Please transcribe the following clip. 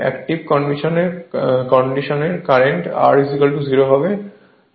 active কন্ডিশনয় current r 0 হবে